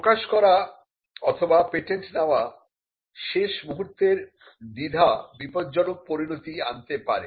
প্রকাশ করা অথবা পেটেন্ট নেওয়া শেষ মুহূর্তের দ্বিধা বিপদজনক পরিণতি আনতে পারে